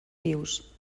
vius